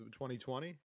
2020